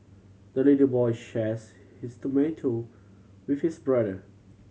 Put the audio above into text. the little boy shares his tomato with his brother